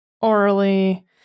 orally